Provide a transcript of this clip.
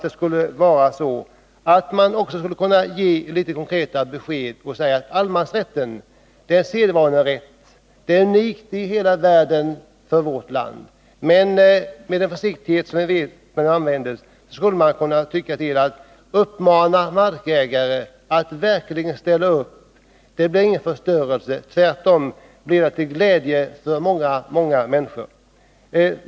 Då skulle man också litet mera konkret kunna säga att allemansrätten är en sedvanerätt som är unik i hela världen, men att det inte betyder någon förstörelse, om markägare ställer upp; tvärtom blir det till glädje för många människor.